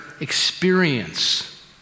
experience